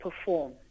perform